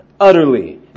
utterly